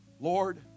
Lord